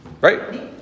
Right